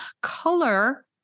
color